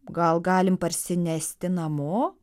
gal galim parsinesti namo